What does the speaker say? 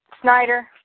Snyder